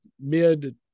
mid